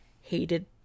hated